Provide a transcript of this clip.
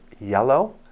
yellow